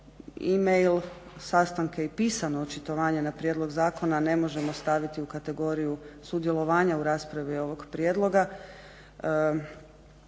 e-mail, sastanke i pisana očitovanja na prijedlog zakona ne možemo staviti u kategoriju sudjelovanja u raspravi ovog prijedloga